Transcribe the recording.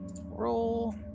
Roll